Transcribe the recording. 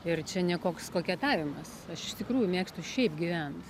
ir čia ne koks koketavimas aš iš tikrųjų mėgstu šiaip gyvent